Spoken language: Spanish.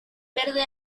verde